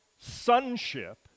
sonship